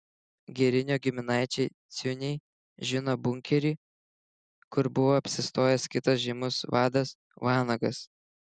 girinio giminaičiai ciuniai žino bunkerį kur buvo apsistojęs kitas žymus vadas vanagas